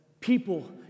people